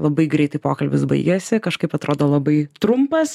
labai greitai pokalbis baigėsi kažkaip atrodo labai trumpas